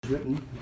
written